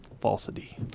Falsity